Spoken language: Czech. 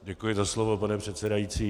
Děkuji za slovo, pane předsedající.